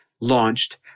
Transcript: launched